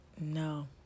no